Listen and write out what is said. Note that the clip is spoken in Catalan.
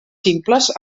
simples